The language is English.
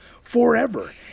forever